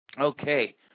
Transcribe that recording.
Okay